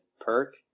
perk